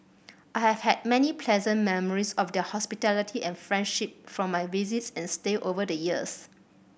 I have had many pleasant memories of their hospitality and friendship from my visits and stay over the years